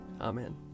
Amen